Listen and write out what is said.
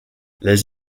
les